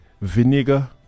vinegar